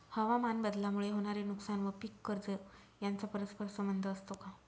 हवामानबदलामुळे होणारे नुकसान व पीक कर्ज यांचा परस्पर संबंध असतो का?